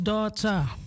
Daughter